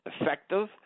effective